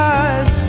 eyes